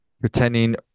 Pretending